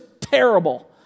terrible